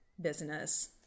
business